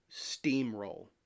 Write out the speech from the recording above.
steamroll